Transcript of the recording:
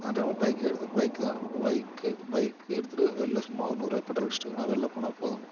அந்த டைமில் பைக்கு எடு பைக்கு தான் பைக்கு பைக்கு எடுத்துகிட்டு வெளில சும்மா ஒரு நூறுரூவாய்க்கு பெட்ரோல் அடிச்சுட்டு எங்கேன்னா வெளில போனால் போதும்